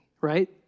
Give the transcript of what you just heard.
right